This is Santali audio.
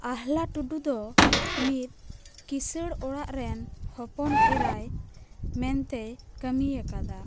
ᱟᱞᱦᱟ ᱴᱩᱰᱩ ᱫᱚ ᱢᱤᱫ ᱠᱤᱥᱟᱹᱲ ᱚᱲᱟᱜ ᱨᱮᱱ ᱦᱚᱯᱚᱱ ᱮᱨᱟᱭ ᱢᱮᱱᱛᱮᱭ ᱠᱟᱹᱢᱤ ᱟᱠᱟᱫᱟ